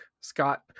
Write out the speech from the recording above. Scott